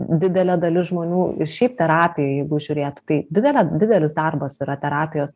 didelė dalis žmonių ir šiaip terapijoj jeigu žiūrėt tai didelė didelis darbas yra terapijos